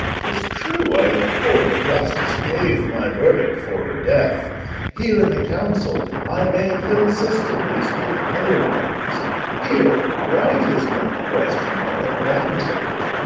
tis true, i in the court of justice gave my verdict for her death here, in the council, i may consistently speak otherwise here, right is not the question, but advantage.